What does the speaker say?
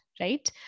right